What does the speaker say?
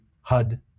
HUD